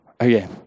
Okay